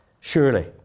Surely